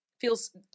Feels